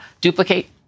duplicate